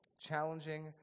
challenging